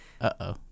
uh-oh